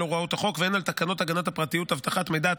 הוראות החוק והן על תקנות הגנת הפרטיות (אבטחת מידע),